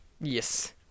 Yes